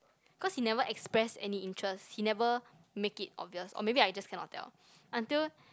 cause he never express any interest he never make it obvious or maybe I just cannot tell until